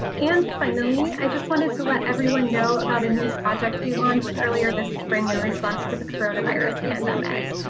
and finally, i just wanted to let everyone know about a new project we launched earlier this spring in response to the coronavirus pandemic.